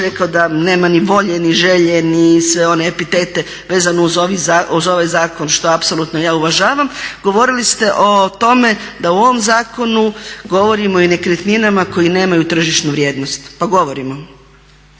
da nema ni volje ni želje ni sve one epitete vezano uz ovaj zakon što apsolutno ja uvažavam, govorili ste o tome da u ovom zakonu govorimo i o nekretninama koje nemaju tržišnu vrijednost. Pa govorimo.